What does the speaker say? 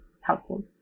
helpful